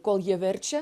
kol jie verčia